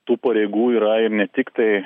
tų pareigų yra ir ne tiktai